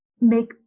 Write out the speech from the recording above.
make